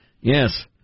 yes